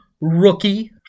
Rookie